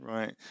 Right